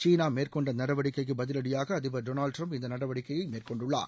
சீனா மேற்கொண்ட நடவடிக்கைக்கு பதிலடியாக அதிபர் டொனால்டு டிரம்ப் இந்த நடவடிக்கையை மேற்கொண்டுள்ளார்